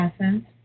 essence